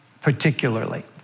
particularly